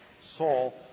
Saul